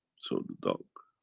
so the dog.